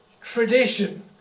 tradition